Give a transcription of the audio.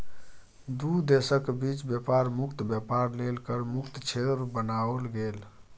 दू देशक बीच बेपार मुक्त बेपार लेल कर मुक्त क्षेत्र बनाओल गेल